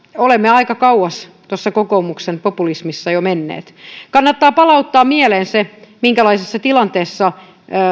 olemme aika kauas tuossa kokoomuksen populismissa jo menneet kannattaa palauttaa mieleen se minkälaisessa tilanteessa